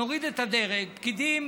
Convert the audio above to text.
נוריד את הדרג, פקידים